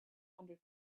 hundred